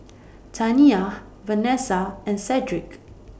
Taniyah Vanessa and Sedrick